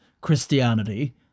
Christianity